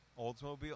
Oldsmobile